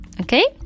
Okay